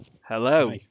Hello